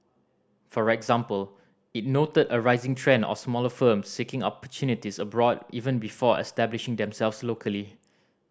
for example it noted a rising trend of smaller firms seeking opportunities abroad even before establishing themselves locally